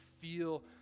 feel